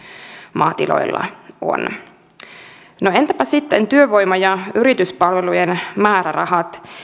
maatiloilla on no entäpä sitten työvoima ja yrityspalvelujen määrärahat